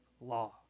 law